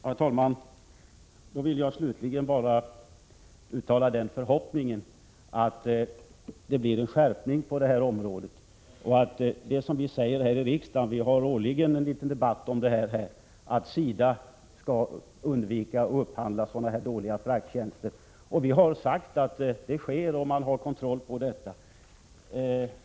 Herr talman! Jag vill slutligen bara uttala den förhoppningen att det blir en skärpning på detta område och att det som vi säger här i riksdagen — vi har nästan varje år en debatt om detta — om att SIDA skall undvika att upphandla dåliga frakttjänster beaktas. Det är möjligt om man har verklig kontroll.